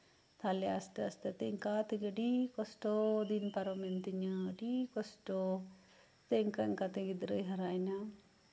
ᱛᱟᱞᱦᱮ ᱟᱥᱛᱮᱼᱟᱥᱛᱮ ᱛᱮ ᱤᱱᱠᱟᱹ ᱛᱮᱜᱮ ᱟᱹᱰᱤ ᱠᱚᱥᱴᱚ ᱫᱤᱱ ᱯᱟᱨᱚᱢᱮᱱ ᱛᱤᱧᱟ ᱟᱹᱰᱤ ᱠᱚᱥᱴᱚ ᱤᱱᱠᱟᱼᱤᱱᱠᱟ ᱛᱮ ᱜᱤᱫᱽᱨᱟᱹᱭ ᱦᱟᱨᱟᱭᱱᱟ